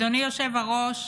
אדוני היושב-ראש,